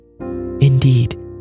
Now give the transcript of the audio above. indeed